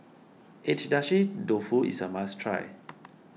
Agedashi Dofu is a must try